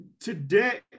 today